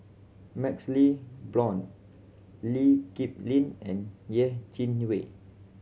MaxLe Blond Lee Kip Lin and Yeh Chi Wei